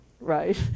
right